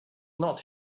not